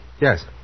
Yes